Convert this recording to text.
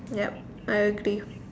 yup I agree